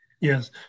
Yes